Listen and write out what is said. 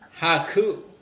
Haku